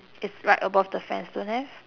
it's right above the fans don't have